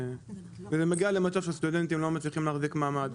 וזה מגיע למצב שסטודנטים לא מצליחים להחזיק מעמד.